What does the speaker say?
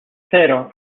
cero